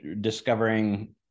discovering